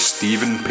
Stephen